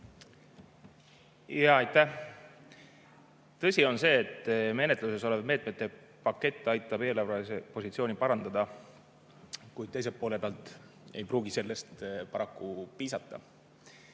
Aitäh! Tõsi on see, et menetluses olev meetmete pakett aitab eelarvepositsiooni parandada, kuid teise poole pealt ei pruugi sellest paraku piisata.